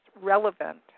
relevant